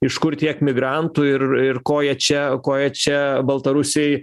iš kur tiek migrantų ir ir ko jie čia ko jie čia baltarusijoj